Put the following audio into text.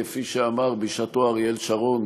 כפי שאמר בשעתו אריאל שרון,